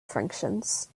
functions